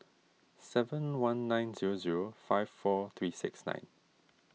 seven one nine zero zero five four three six nine